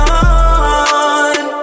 on